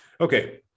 Okay